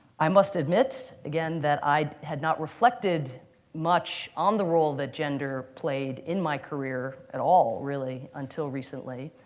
i must admit, again, that i had not reflected much on the role that gender played in my career at all, really, until recently,